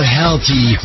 healthy